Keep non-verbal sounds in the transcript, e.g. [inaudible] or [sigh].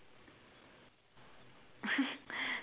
[laughs]